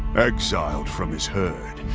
exiled from his herd.